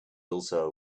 also